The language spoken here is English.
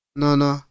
nono